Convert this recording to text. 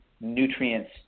nutrients